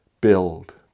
build